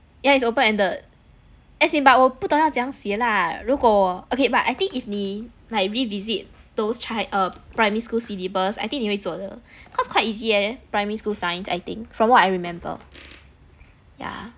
yeah it's open ended as in but 我不懂要怎样写啦如果我 okay but I think if 你 like revisit those chi~ err primary school syllabus I think 你会做的 cause quite easy leh primary school science I think from what I remember yeah